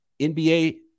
NBA